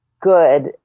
good